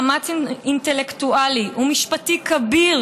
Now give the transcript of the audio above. הוא כתב: "זהו מאמץ אינטלקטואלי ומשפטי כביר